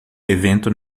evento